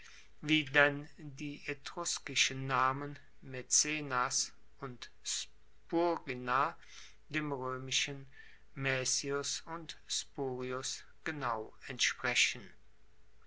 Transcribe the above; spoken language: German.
wie denn die etruskischen namen maecenas und spurinna den roemischen maecius und spurius genau entsprechen